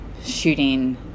shooting